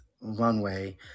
runway